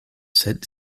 sept